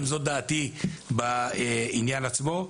זאת דעתי בעניין עצמו.